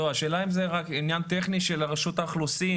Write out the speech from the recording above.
השאלה אם זה רק עניין טכני של רשות האוכלוסין